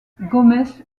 gómez